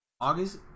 August